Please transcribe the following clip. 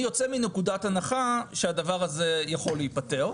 אני יוצא מנקודת הנחה שהדבר הזה יכול להיפתר.